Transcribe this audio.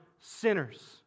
sinners